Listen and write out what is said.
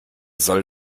soll